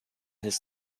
his